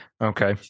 Okay